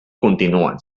continuen